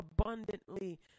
abundantly